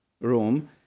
room